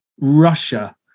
Russia